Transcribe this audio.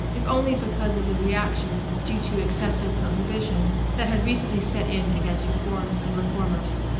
if only because of the reaction, due to excessive prohibition, that had recently set in against reforms and reformers.